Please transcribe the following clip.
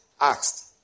asked